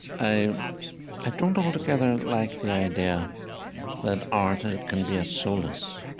i i don't altogether like the idea that art and can be a solace.